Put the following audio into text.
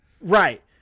Right